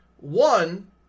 one